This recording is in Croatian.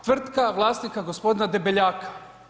Tvrtka vlasnika g. Debeljaka.